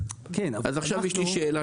אז עכשיו יש לי שאלה,